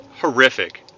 horrific